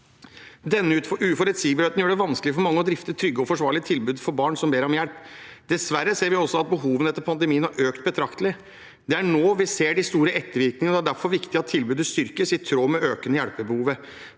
Denne uforutsigbarheten gjør at det er vanskelig for mange å drifte trygge og forsvarlige tilbud for barn som ber om hjelp. Dessverre ser vi også at behovene har økt betraktelig etter pandemien. Det er nå vi ser de store ettervirkningene, og det er derfor viktig at tilbudet styrkes i tråd med det økende hjelpebehovet.